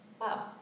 Wow